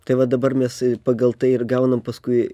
tai va dabar mes pagal tai ir gaunam paskui